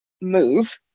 move